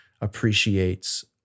appreciates